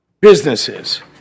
businesses